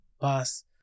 boss